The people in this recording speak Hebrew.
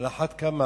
על אחת כמה